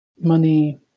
Money